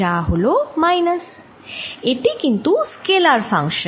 যা হল মাইনাস এটি কিন্তু স্কেলার ফাংশন